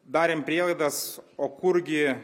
darėm prielaidas o kurgi